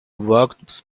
worked